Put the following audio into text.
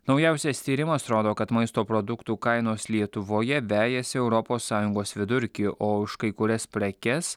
naujausias tyrimas rodo kad maisto produktų kainos lietuvoje vejasi europos sąjungos vidurkį o už kai kurias prekes